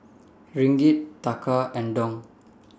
Ringgit Taka and Dong